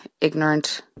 ignorant